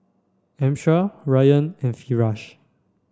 Amsyar Ryan and Firash